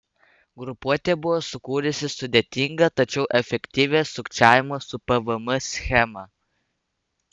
grupuotė buvo sukūrusi sudėtingą tačiau efektyvią sukčiavimo su pvm schemą